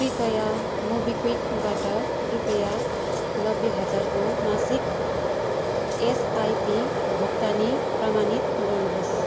कृपया मोबिक्विकबाट रुपैयाँ नब्बे हजार को मासिक एसआइपी भुक्तानी प्रमाणित गर्नुहोस्